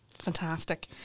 fantastic